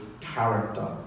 character